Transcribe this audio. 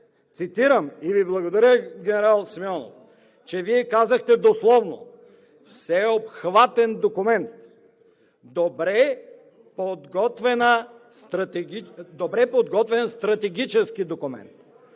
Цитирам и Ви благодаря, генерал Симеонов, че Вие казахте дословно: „Всеобхватен документ, добре подготвен стратегически документ.“